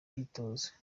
bitoza